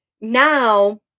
now